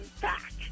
back